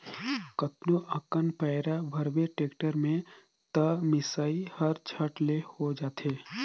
कतनो अकन पैरा भरबे टेक्टर में त मिसई हर झट ले हो जाथे